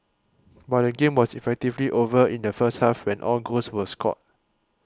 but the game was effectively over in the first half when all goals were scored